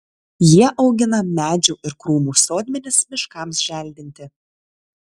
jie augina medžių ir krūmų sodmenis miškams želdinti